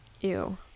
Ew